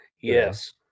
Yes